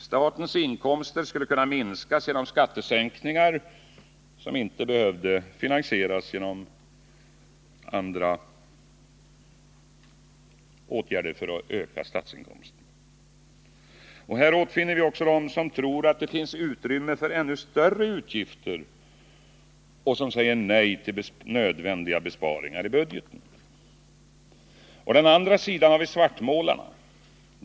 Statens inkomster skulle kunna minskas genom skattesänkningar, som inte skulle behöva finansieras genom åtgärder för att öka statsinkomsterna. Här återfinner vi också dem som tror att det finns utrymme för ännu större utgifter och som säger nej till nödvändiga besparingar i budgeten. Å andra sidan har vi svartmålarna.